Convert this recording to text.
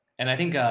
and i think,